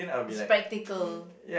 spectacle